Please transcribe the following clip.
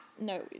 No